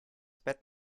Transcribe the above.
bett